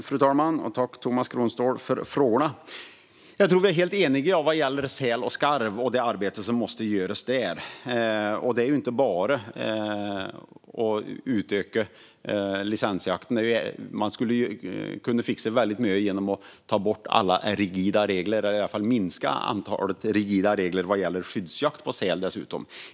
Fru talman! Tack, Tomas Kronståhl, för frågorna! Jag tror att vi är helt eniga vad gäller säl och skarv och det arbete som måste göras där. Det är inte bara att utöka licensjakten. Man skulle kunna fixa väldigt mycket genom att ta bort alla rigida regler eller i alla fall minska antalet rigida regler vad gäller skyddsjakt på säl.